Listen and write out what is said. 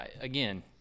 again